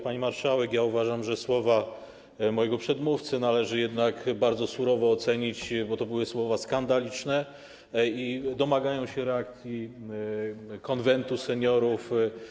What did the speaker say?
Pani marszałek, uważam, że słowa mojego przedmówcy należy bardzo surowo ocenić, bo to były słowa skandaliczne i wymagające reakcji Konwentu Seniorów.